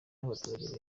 n’abaturage